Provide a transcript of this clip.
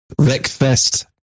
Wreckfest